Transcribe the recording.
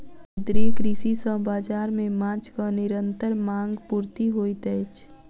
समुद्रीय कृषि सॅ बाजार मे माँछक निरंतर मांग पूर्ति होइत अछि